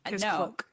No